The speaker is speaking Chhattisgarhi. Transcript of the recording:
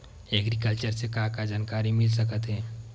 एग्रीकल्चर से का का जानकारी मिल सकत हे?